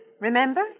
Remember